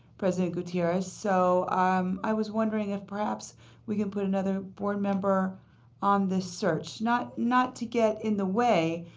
president gutierrez. so i um i was wondering if perhaps we could put another board member on this search, not not to get in the way.